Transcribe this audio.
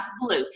blue